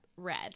red